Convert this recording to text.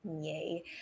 Yay